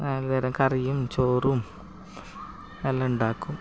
നാല് തരം കറിയും ചോറും എല്ലാം ഉണ്ടാക്കും